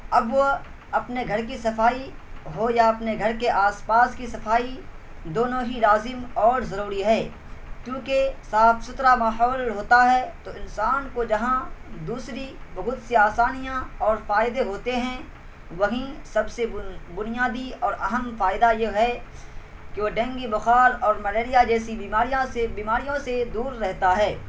اب وہ اپنے گھر کی صفائی ہو یا اپنے گھر کے آس پاس کی صفائی دونوں ہی لازم اور ضروری ہے کیوںکہ صاف ستھرا ماحول ہوتا ہے تو انسان کو جہاں دوسری بہت سی آسانیاں اور فائدے ہوتے ہیں وہیں سب سے بن بنیادی اور اہم فائدہ جو ہے کہ وہ ڈینگی بخار اور ملیریا جیسی بیماریاں سے بیماریوں سے دور رہتا ہے